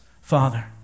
Father